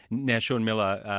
now shaun miller,